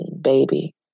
baby